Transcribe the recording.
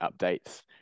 updates